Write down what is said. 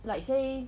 like say